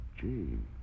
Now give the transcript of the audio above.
Gene